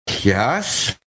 Yes